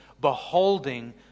beholding